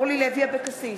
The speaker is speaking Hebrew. אורלי לוי אבקסיס,